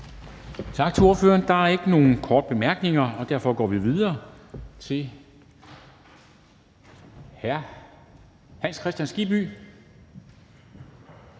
Tak til ordføreren. Der er ikke nogen korte bemærkninger, og derfor går vi videre til hr. Hans Kristian Skibby,